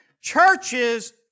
Churches